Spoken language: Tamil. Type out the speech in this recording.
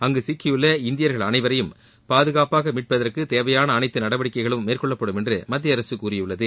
அங்கு சிக்கியுள்ள இந்தியர்கள் அனைவரையும் பாதுகாப்பாக மீட்பதற்கு தேவையான அனைத்து நடவடிக்கைகளும் மேற்கொள்ளப்படும் என்று மத்திய அரசு கூறியுள்ளது